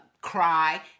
cry